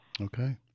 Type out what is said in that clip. Okay